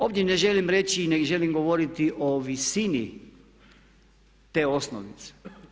Ovdje ne želim reći i ne želim govoriti o visini te osnovice.